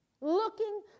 looking